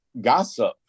gossip